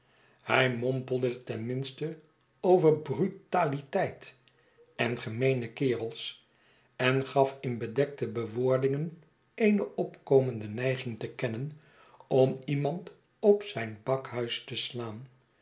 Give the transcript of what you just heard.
hij mompelde ten minste over brutaliteit en gemeene kerels en gaf in bedekte bewoordingen eene opkomende neiging te kennen om iemand op zijn bakhuis te slaan